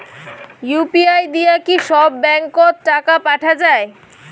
UPI দিয়া কি সব ব্যাংক ওত টাকা পাঠা যায়?